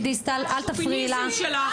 אל תפריעי לה.